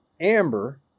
Amber